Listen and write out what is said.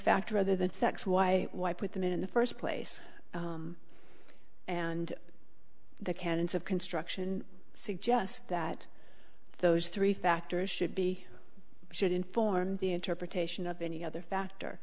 factor other than sex why why put them in the first place and the canons of construction suggest that those three factors should be should inform the interpretation of any other factor